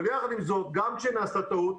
אבל יחד עם זאת, גם כאשר נעשה טעות,